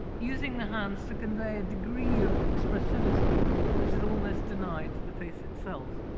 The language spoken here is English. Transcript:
using the hands to convey a degree of expressivity which is almost denied to the face itself,